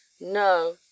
no